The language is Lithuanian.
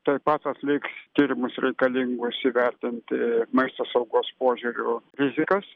taip pat atliks tyrimus reikalingus įvertinti maisto saugos požiūriu rizikas